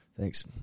Thanks